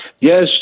Yes